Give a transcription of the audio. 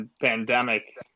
pandemic